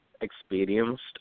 experienced